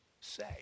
say